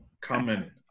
commented